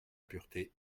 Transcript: pureté